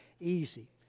easy